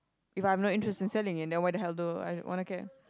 if I'm not interested in selling it then why the hell do I wanna care